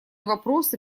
вопросы